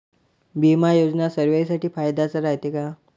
बिमा योजना सर्वाईसाठी फायद्याचं रायते का?